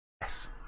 yes